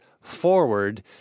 forward